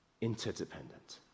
Interdependent